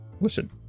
Listen